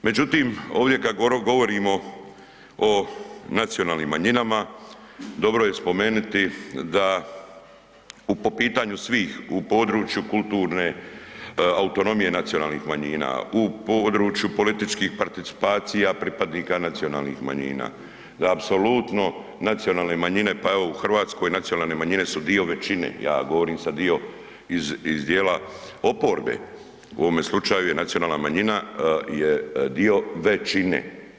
Međutim, ovdje kad govorimo o nacionalnim manjinama, dobro je spomenuti da u, po pitanju svih u području kulturne autonomije nacionalnih manjina, u području političkih participacija pripadnika nacionalnih manjina, da apsolutno nacionalne manjine, pa evo i u Hrvatskoj nacionalne manjine su dio većine, ja govorim sad dio iz dijela oporbe, u ovome slučaju je nacionalna manjina je dio većine.